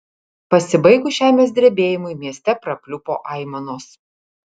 pasibaigus žemės drebėjimui mieste prapliupo aimanos